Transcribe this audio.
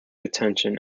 attention